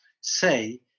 say